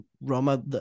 Roma